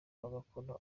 bagakora